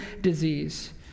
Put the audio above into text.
disease